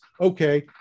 Okay